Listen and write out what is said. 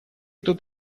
тут